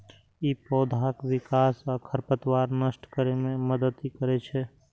ई पौधाक विकास आ खरपतवार नष्ट करै मे मदति करै छै